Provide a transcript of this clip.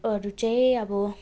अरू चाहिँ अब